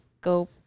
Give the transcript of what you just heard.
go